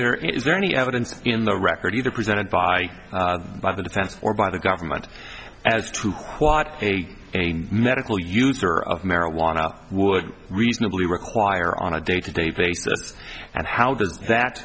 there is there any evidence in the record either presented by by the defense or by the government as to what a medical user of marijuana would reasonably require on a day to day basis and how does that